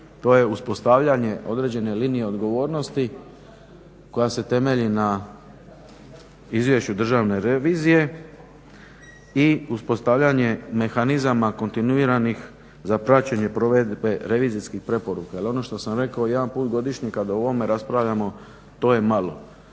To je uspostavljanje određene linije odgovornosti koja se temelji na Izvješću Državne revizije i uspostavljanje mehanizama kontinuiranih za praćenje provedbe revizijskih preporuka. Jer ono što sam rekao jedan put godišnje kad o ovome raspravljamo to je malo.